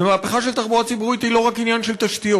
ומהפכה של תחבורה ציבורית היא לא רק עניין תשתיות.